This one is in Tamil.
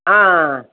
ஆ